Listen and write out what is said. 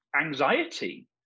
anxiety